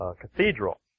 cathedral